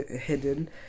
hidden